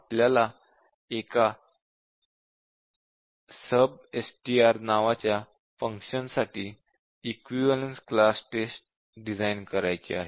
आपल्याला एका "substr" नावाच्या फंक्शन साठी इक्विवलेन्स क्लास टेस्ट डिझाईन करायचे आहे